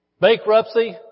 Bankruptcy